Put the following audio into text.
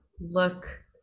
look